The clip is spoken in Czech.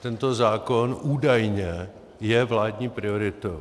Tento zákon je údajně vládní prioritou.